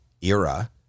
era